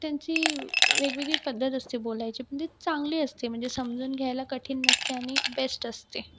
त्यांची वेगवेगळी पद्धत असते बोलायची पण ती चांगली असते म्हणजे समजून घ्यायला कठीण नसते आणि बेस्ट असते